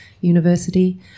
university